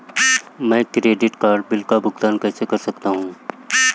मैं credit card bill का भुगतान कैसे कर सकता हूं?